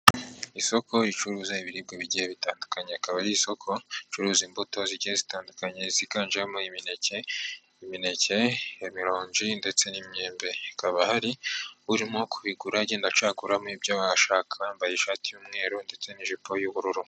Isoko ricuruza ibiribwa bigiye bitandukanye akaba ari isoko ricuruza imbuto zigiye zitandukanye ziganjemo imineke, amaronji ndetse n'imyembe hakaba hari urimo kubigura agenda acakuramo ibyo ashaka, yambaye ishati y'umweru ndetse n'ijipo y'ubururu.